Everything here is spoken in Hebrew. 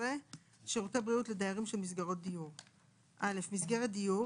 שירותי בריאות לדיירים של מסגרות דיור 12. (א)מסגרת דיור,